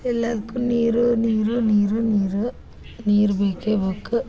ಎಲ್ಲದಕ್ಕೂ ನೀರು ನೀರು ನೀರು ನೀರು ನೀರು ಬೇಕೇ ಬೇಕು